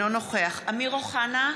אינו נוכח אמיר אוחנה,